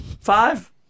Five